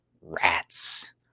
Rats